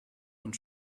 und